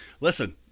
listen